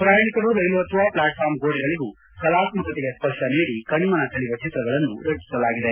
ಪ್ರಯಾಣಿಕರು ರೈಲು ಹತ್ತುವ ಪ್ಲಾಟ್ ಫಾರಂ ಗೋಡೆಗಳಗೂ ಕಲಾತ್ಸಕತೆಯ ಸ್ವರ್ತ ನೀಡಿ ಕಣ್ನ ಸೆಳೆಯುವ ಚಿತ್ರಗಳನ್ನು ರಚಿಸಲಾಗಿದೆ